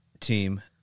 team